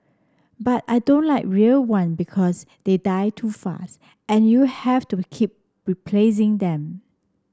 but I don't like real one because they die too fast and you have to keep replacing them